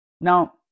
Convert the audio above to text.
Now